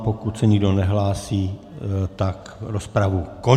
Pokud se nikdo nehlásí, tak rozpravu končím.